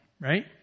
Right